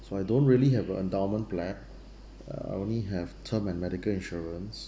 so I don't really have a endowment plan uh I only have term and medical insurance